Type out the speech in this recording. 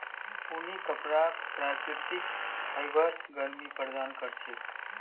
ऊनी कपराक प्राकृतिक फाइबर गर्मी प्रदान कर छेक